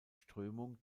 strömung